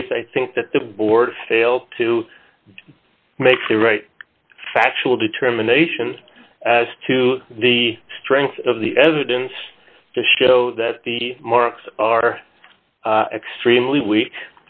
case i think that the board failed to make the right factual determination as to the strength of the evidence to show that the marks are extremely wea